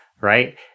right